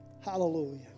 Hallelujah